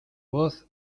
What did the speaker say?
voz